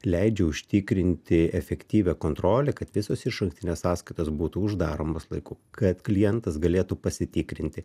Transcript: leidžia užtikrinti efektyvią kontrolę kad visos išankstinės sąskaitos būtų uždaromos laiku kad klientas galėtų pasitikrinti